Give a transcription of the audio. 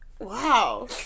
Wow